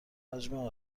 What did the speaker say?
حجم